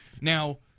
Now